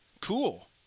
cool